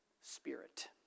spirit